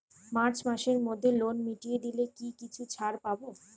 March মাসের মধ্যে loan মিটিয়ে দিলে কি কিছু ছাড় পাব?